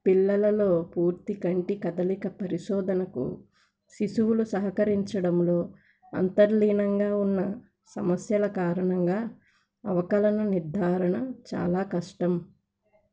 పిల్లలలో పూర్తి కంటి కదలిక పరిశోధనకు శిశువులు సహకరించడంలో అంతర్లీనంగా ఉన్న సమస్యల కారణంగా అవకలన నిర్ధారణ చాలా కష్టం